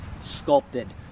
sculpted